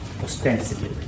ostensibly